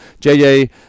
JJ